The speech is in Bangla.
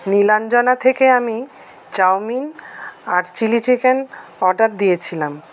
নীলাঞ্জনা থেকে আমি চাউমিন আর চিলি চিকেন অর্ডার দিয়েছিলাম